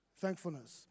thankfulness